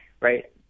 right